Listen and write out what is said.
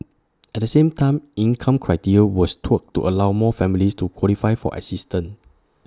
at the same time income criteria was tweaked to allow more families to qualify for assistance